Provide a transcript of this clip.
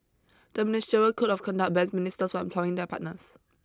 the ministerial code of conduct bans ministers from employing their partners